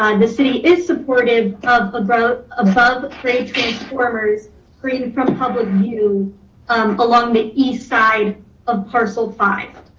um the city is supportive of above above grade transformers created from public view um along the east side of parcel five.